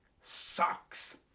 sucks